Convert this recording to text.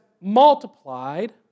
multiplied